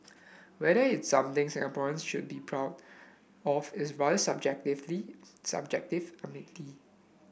whether it something Singaporeans should be proud of is rather subjectively subjective admittedly